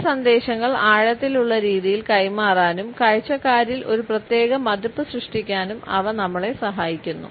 ചില സന്ദേശങ്ങൾ ആഴത്തിലുള്ള രീതിയിൽ കൈമാറാനും കാഴ്ചക്കാരിൽ ഒരു പ്രത്യേക മതിപ്പ് സൃഷ്ടിക്കാനും അവ നമ്മളെ സഹായിക്കുന്നു